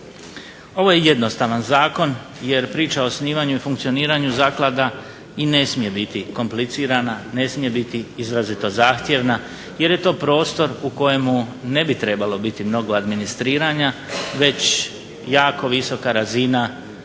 Ovo je jednostavan zakon, jer priča o osnivanju i funkcioniranju zaklada i ne smije biti komplicirana, ne smije biti izrazito zahtjevna jer je to prostor u kojemu ne bi trebalo biti mnogo administriranja već jako visoka razina